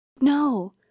no